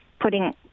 putting